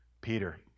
Peter